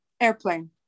Airplane